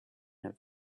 have